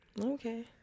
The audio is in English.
Okay